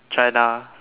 China